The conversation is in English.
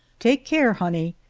take care, honey,